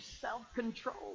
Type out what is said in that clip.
self-control